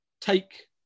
take